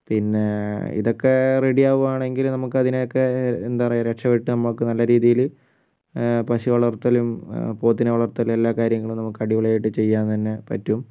പിന്നെ ഇതൊക്കെ റെഡിയാവു ആണെങ്കിൽ നമുക്കതിനെയൊക്കെ എന്തപറയ്യാ രക്ഷപെട്ട് നമുക്ക് നല്ല രീതിയിൽ പശുവളർത്തലും പോത്തിനെ വളർത്തലും എല്ലാ കാര്യങ്ങളും നമുക്കടിപൊളിയായിട്ട് ചെയ്യാൻ തന്നെ പറ്റും